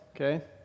okay